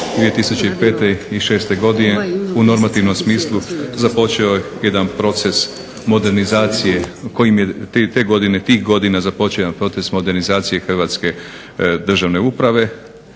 2005. i 2006. godine u normativnom smislu započeo jedan proces modernizacije kojim je te godine, tih godina započeo jedan proces modernizacije hrvatske državne uprave